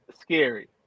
scary